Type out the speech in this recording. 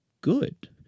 good